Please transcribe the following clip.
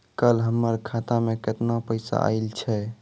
कल हमर खाता मैं केतना पैसा आइल छै?